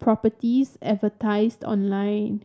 properties advertised online